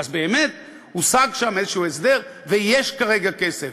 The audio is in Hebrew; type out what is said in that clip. אז באמת הושג שם איזשהו הסדר ויש כרגע כסף,